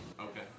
okay